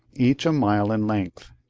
each a mile in length,